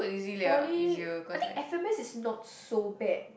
poly I think F_M_S is not so bad